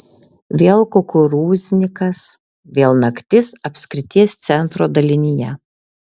vėl kukurūznikas vėl naktis apskrities centro dalinyje